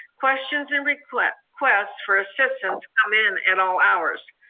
questions and requests requests for assistance come in at all hours.